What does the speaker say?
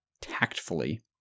tactfully